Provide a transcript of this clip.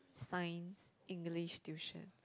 science English tuition